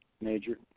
major